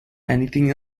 anything